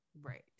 right